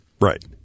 Right